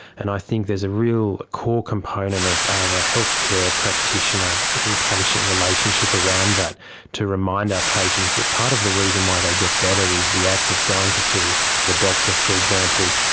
and i think there's a real core component of of a healthcare practitioner and patient relationship around that to remind our patients that part of the reason why they get better is the act of going to see the doctor, for example,